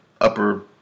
upper